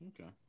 Okay